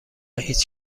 هیچ